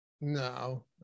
No